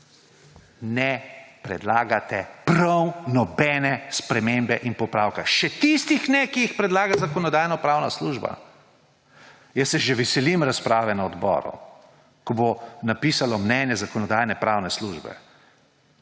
ne predlagate prav nobene spremembe in popravka! Še tistih ne, ki jih predlaga Zakonodajno-pravna služba. Veselim se že razprave na odboru, ko bo napisano mnenje Zakonodajno-pravne službe.